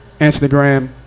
Instagram